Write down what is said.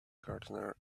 gardener